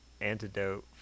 antidote